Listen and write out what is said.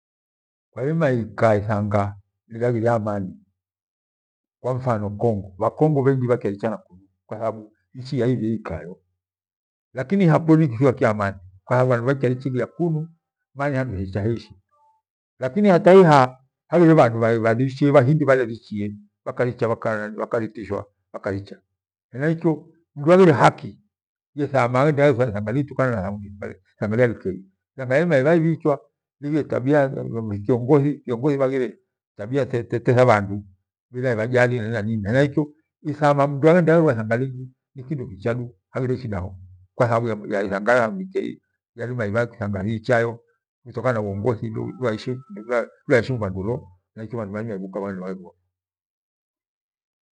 Kwairima ikaa ithanga livaghire amani, kwa mfano konjo bha Congo bhengi bhakyaricha na kuna kwa thababu nchi iya ibhieyo iikayo, lakini ila kweru nikithiwa kya amani. Bhakya nichilia kunu mana nitanchi hecha heishi lakini hata iha haleghire bhandu bharichie bhakaricha bhalantishwa bhakricha. Henaikyo mdu aghire haki yethama igheikaa handu familia ikei yairima ibha ibhichwa kiongothi aghire tabia te- tetha bhandu inajali hena ileyo mdu ithama anjerwa ithaago lingi nikindo kichadu haghire shidaho. Kwatha babu iho handu itha likai harima ibhwa thiichayo itokana na uongothi mwaheshimu vandu.